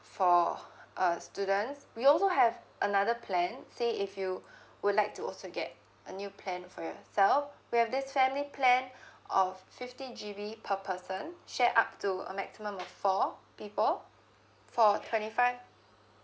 for uh students we also have another plan say if you would like to also get a new plan for yourself we have this family plan of fifty G_B per person share up to a maximum of four people for twenty five